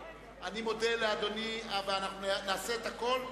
אני מודה לאדוני, ואנחנו נעשה את הכול.